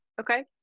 Okay